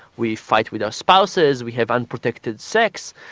we fight with our spouses, we have unprotected sex,